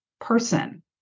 person